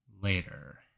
later